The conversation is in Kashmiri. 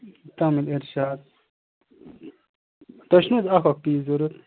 تَمِل اِرشاد تۄہہِ چھُو حظ اکھ اَکھ پیٖس ضروٗرت